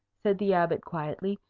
said the abbot quietly,